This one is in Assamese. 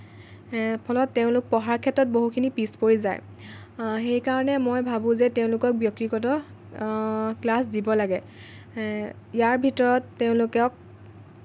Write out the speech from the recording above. ফলত তেওঁলোক পঢ়াৰ ক্ষেত্ৰত বহুতখিনি পিছ পৰি যায় সেই কাৰণে মই ভাবোঁ যে তেওঁলোকক ব্যক্তিগত ক্লাছ দিব লাগে ইয়াৰ ভিতৰত তেওঁলোকক